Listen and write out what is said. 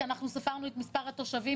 כי אנחנו ספרנו את מספר התושבים,